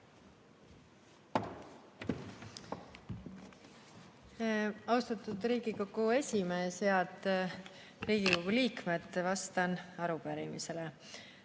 Austatud Riigikogu esimees! Head Riigikogu liikmed! Vastan arupärimisele.